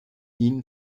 ihn